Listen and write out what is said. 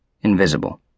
Invisible